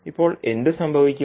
ഇപ്പോൾ എന്ത് സംഭവിക്കും